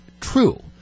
true